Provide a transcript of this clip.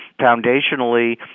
foundationally